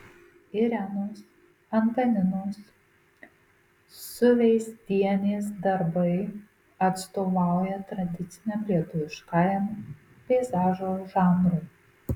irenos antaninos suveizdienės darbai atstovauja tradiciniam lietuviškajam peizažo žanrui